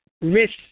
Risk